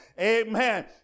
Amen